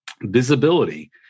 visibility